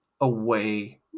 away